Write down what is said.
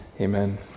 Amen